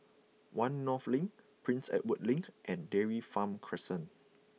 One North Link Prince Edward Link and Dairy Farm Crescent